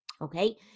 okay